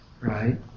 right